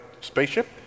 spaceship